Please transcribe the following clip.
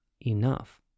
enough